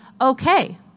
okay